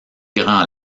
grand